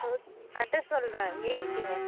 நூத் address சொல்கிறேன் எழித்திக்கோங்க